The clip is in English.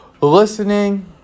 listening